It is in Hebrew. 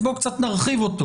אז בואו קצת נרחיב אותו